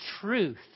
truth